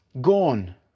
gone